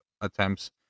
attempts